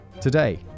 today